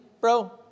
bro